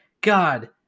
God